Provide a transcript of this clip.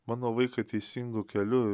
mano vaiką teisingu keliu